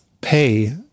pay